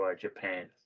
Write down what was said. Japan